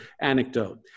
anecdote